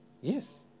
Yes